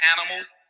animals